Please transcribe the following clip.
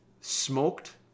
smoked